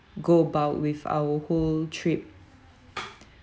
go about with our whole trip